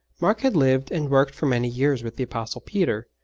mark had lived and worked for many years with the apostle peter,